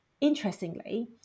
interestingly